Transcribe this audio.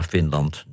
Finland